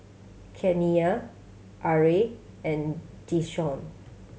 Kenia Arra and Deshawn